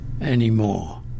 anymore